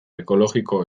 ekologiko